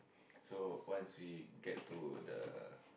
so once we get to the